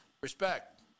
Respect